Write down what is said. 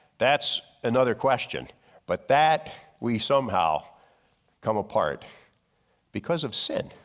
that's another question but that we somehow come apart because of sin.